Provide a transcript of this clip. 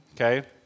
Okay